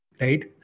Right